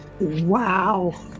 wow